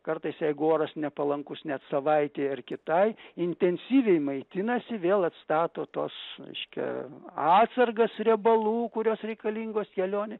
kartais jeigu oras nepalankus net savaitei ar kitai intensyviai maitinasi vėl atstato tuos reiškia atsargas riebalų kurios reikalingos kelionei